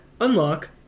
unlock